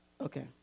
Okay